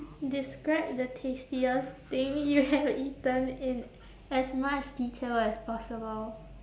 describe the tastiest thing you have eaten in as much detail as possible